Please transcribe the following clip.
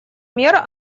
мер